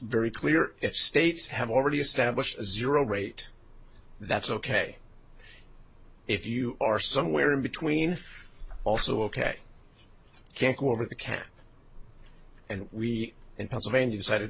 very clear if states have already established zero rate that's ok if you are somewhere in between also ok can't go over the cap and we in pennsylvania decided